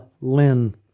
Lin